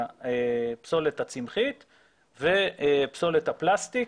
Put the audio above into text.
הפסולת הצמחית ופסולת הפלסטיק.